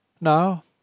Now